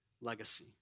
legacy